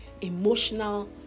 emotional